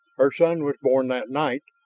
her son was born that night,